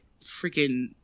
freaking